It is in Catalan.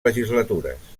legislatures